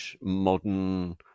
modern